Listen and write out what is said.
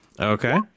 Okay